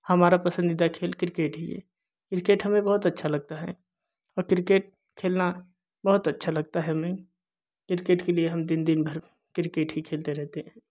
हमारा पसंदीदा खेल क्रिकेट ही है क्रिकेट हमें बहुत अच्छा लगता है और क्रिकेट खेलना बहुत अच्छा लगता है हमें क्रिकेट के लिए हम दिन दिन भर क्रिकेट ही खेलते रहते है